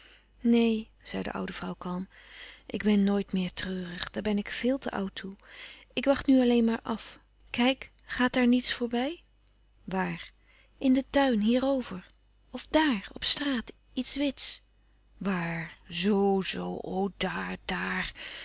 neen zei de oude vrouw kalm ik ben nooit meer treurig daar ben ik veel te oud toe ik wacht nu alleen maar af kijk gaat daar niets voorbij waar in den tuin hierover of daàr op straat iets wits waar zoo-zoo o daar daar